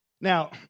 Now